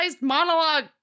monologue